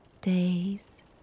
days